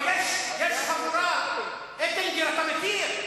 יש חבורה, זה "הפרוטוקולים".